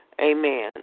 Amen